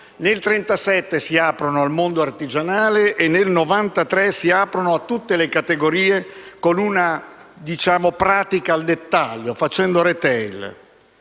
Nel 1937 si aprono al mondo artigianale e nel 1993 si aprono a tutte le categorie, con una pratica al dettaglio, facendo *retail*.